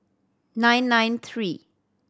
nine nine three